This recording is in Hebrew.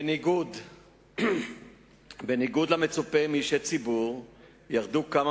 בניגוד למצופה מאישי ציבור ירדו כמה